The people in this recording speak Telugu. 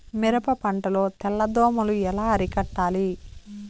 మిరప పంట లో తెల్ల దోమలు ఎలా అరికట్టాలి?